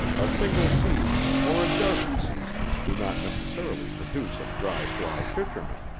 a single season or a dozen seasons do not necessarily produce a dry fly fisherman.